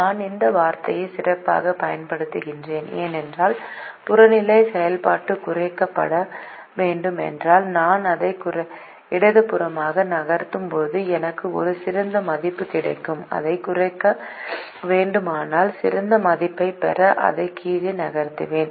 நான் இந்த வார்த்தையை சிறப்பாகப் பயன்படுத்துகிறேன் ஏனென்றால் புறநிலை செயல்பாடு குறைக்கப்பட வேண்டும் என்றால் நான் அதை இடதுபுறமாக நகர்த்தும்போது எனக்கு ஒரு சிறந்த மதிப்பு கிடைக்கும் அதைக் குறைக்க வேண்டுமானால் சிறந்த மதிப்பைப் பெற அதை கீழே நகர்த்துவேன்